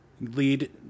lead